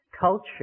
Culture